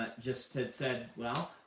ah just had said, well,